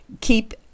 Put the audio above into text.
keep